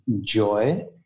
joy